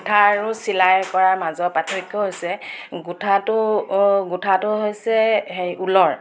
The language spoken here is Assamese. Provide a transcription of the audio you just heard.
গোঁঠা আৰু চিলাই কৰাৰ মাজৰ পাৰ্থক্য হৈছে গোঁঠাটো গোঁঠাটো হৈছে হেৰি ঊলৰ